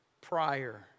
prior